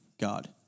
God